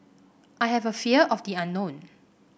I have a fear of the unknown